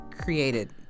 created